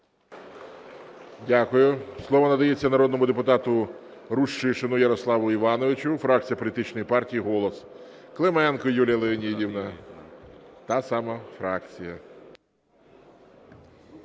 Дякую. Слово надається народному депутату Рущишину Ярославу Івановичу, фракція політичної партії "Голос". Клименко Юлія Леонідівна. Та сама фракція.